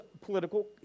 political